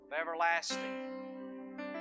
everlasting